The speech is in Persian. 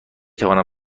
توانم